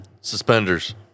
Suspenders